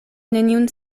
neniun